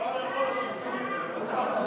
השר יכול להשיב.